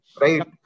right